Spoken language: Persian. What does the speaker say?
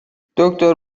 دکتر